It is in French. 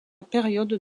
période